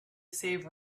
save